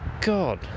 God